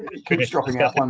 it keeps dropping out. one